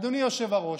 אדוני היושב-ראש,